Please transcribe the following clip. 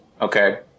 Okay